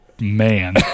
man